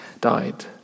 died